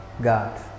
God